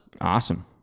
Awesome